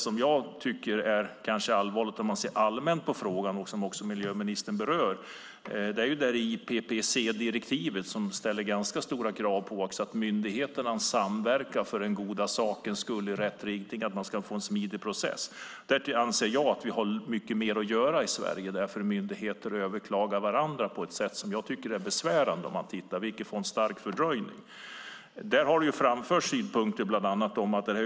Som miljöministern också berör ställer IPPC-direktivet ganska stora krav på att myndigheterna ska samverka för den goda sakens skull, i rätt riktning och för att få en smidig process. Där anser jag att vi har mycket mer att göra i Sverige, därför att myndigheter överklagar varandra på ett sätt som jag tycker är besvärande och innebär en stark fördröjning.